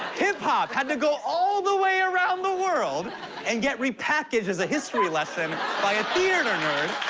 hip-hop had to go all the way around the world and get repackaged as a history lesson by a theater nerd.